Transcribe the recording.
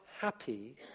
happy